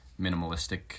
minimalistic